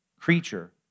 creature